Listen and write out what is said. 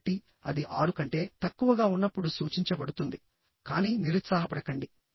కాబట్టి అది 6 కంటే తక్కువగా ఉన్నప్పుడు సూచించబడుతుంది కానీ నిరుత్సాహపడకండి